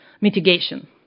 Mitigation